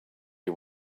you